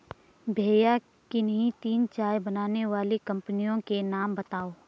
भैया किन्ही तीन चाय बनाने वाली कंपनियों के नाम बताओ?